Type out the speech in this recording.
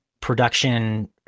production